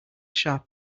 sharp